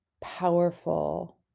powerful